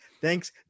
Thanks